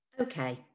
Okay